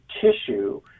tissue